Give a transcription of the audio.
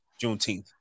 Juneteenth